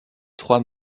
trois